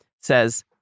says